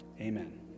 Amen